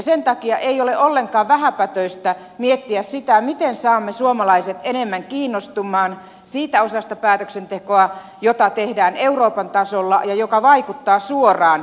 sen takia ei ole ollenkaan vähäpätöistä miettiä sitä miten saamme suomalaiset enemmän kiinnostumaan siitä osasta päätöksentekoa jota tehdään euroopan tasolla ja joka vaikuttaa suoraan meihin